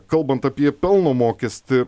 kalbant apie pelno mokestį